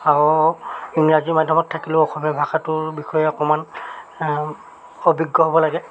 আৰু ইংৰাজী মাধ্যমত থাকিলেও অসমীয়া ভাষাটোৰ বিষয়ে অকণমান অভিজ্ঞ হ'ব লাগে